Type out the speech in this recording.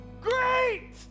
great